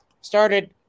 started